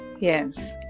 yes